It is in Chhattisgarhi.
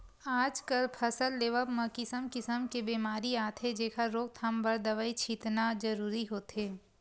आजकल फसल लेवब म किसम किसम के बेमारी आथे जेखर रोकथाम बर दवई छितना जरूरी होथे